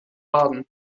baden